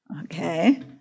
Okay